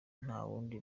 ntawundi